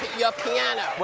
your piano.